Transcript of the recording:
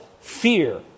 fear